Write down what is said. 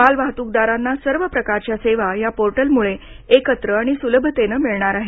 मालवाहतूकदारांना सर्व प्रकारच्या सेवा या पोर्टलमुळे एकत्र आणि सुलभतेने मिळणार आहेत